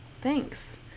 Thanks